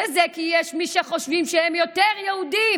וזה כי יש מי שחושבים שהם יותר יהודים,